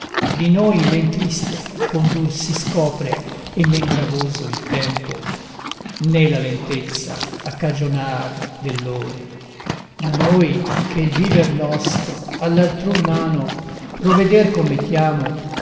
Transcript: di noi men tristo condur si scopre e men gravoso il tempo né la lentezza accagionar dell'ore ma noi che il viver nostro all'altrui mano provveder commettiamo